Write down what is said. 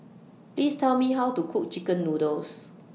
Please Tell Me How to Cook Chicken Noodles